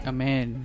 Amen